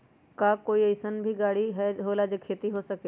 का कोई और भी अइसन और गाड़ी होला जे से खेती हो सके?